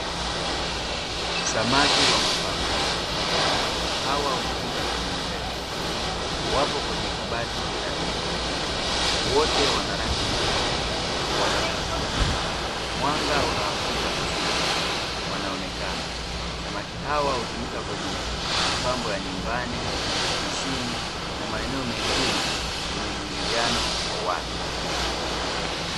Samaki wa mapambo. Hawa hutumika kwenye urembo. Wapo kwenye kabati la kioo, wote wana rangi nyekundu, wanavutia. Mwanga unawamulika vizuri, wanaonekana. Samaki hawa hutumika kwenye mapambo ya nyumbani, ofisini, na maeneo mengine yenye muingiliano wa watu.